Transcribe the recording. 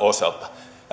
osalta